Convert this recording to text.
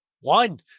One